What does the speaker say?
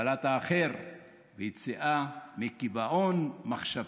קבלת האחר ויציאה מקיבעון מחשבתי.